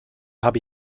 habe